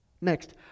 Next